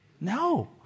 No